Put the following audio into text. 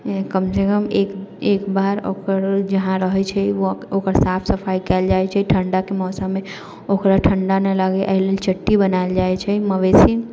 कम सँ कम एक बार ओकर जहाँ रहै छै ओकरा साफ सफाइ कयल जाइ छै ठण्डाके मौसममे ओकरा ठण्डा नहि लागै एहि लेल चट्टी बनायल जाइ छै मवेशी